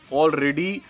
already